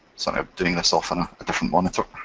so i'm doing this off on a different monitor.